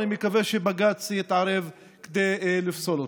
אני מקווה שבג"ץ יתערב כדי לפסול אותו.